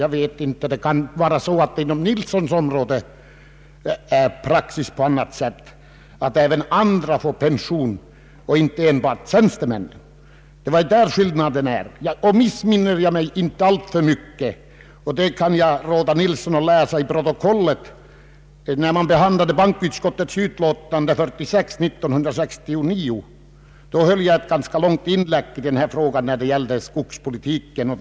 Inom herr Nilssons område råder kanske en annan praxis, så att där även vanliga arbetare, således inte bara tjänstemän, kan få pension på dessa bättre villkor. Det är där skillnaden ligger. När vi behandlade bankoutskottets utlåtande nr 46 år 1969 höll jag ett ganska långt inlägg i denna fråga. Jag kan råda herr Nilsson att läsa protokollet.